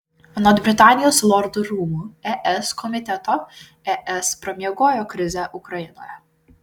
anot britanijos lordų rūmų es komiteto es pramiegojo krizę ukrainoje